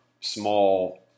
small